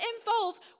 involve